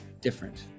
different